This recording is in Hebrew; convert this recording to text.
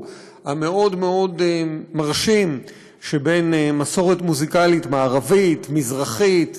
המאוד-מאוד מרשים של מסורת מוזיקלית מערבית ומזרחית